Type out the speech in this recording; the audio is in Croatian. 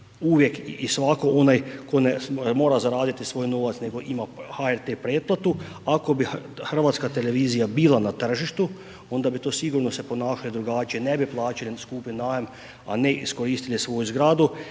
uvijek i svatko onaj tko ne mora zaraditi svoj novac nego ima HRT pretplatu, ako bi hrvatska televizija bila na tržištu onda bi to sigurno se ponašali drugačije ne bi plaćali skupi najam, a ne iskoristili svoju zgradu.